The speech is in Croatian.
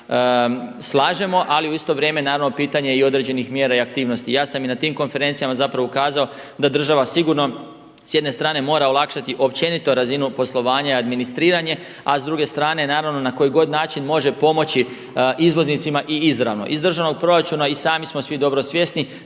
slažemo ali u isto vrijeme naravno pitanje je i određenih mjera i aktivnosti. Ja sam i na tim konferencijama zapravo ukazao da država sigurno s jedne strane mora olakšati općenito razinu poslovanja i administriranje a s druge strane naravno na koji god način može pomoći izvoznicima i izravno. Iz državnog proračuna i sami smo svi dobro svjesni